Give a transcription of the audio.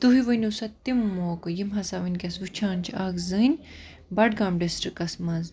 تُہۍ ؤنو سا تِم موقعہٕ یِم ہَسا وُنکیٚس وُچھان چھِ اکھ زٔنۍ بَڈگام ڈِسٹرٛکَس مَنٛز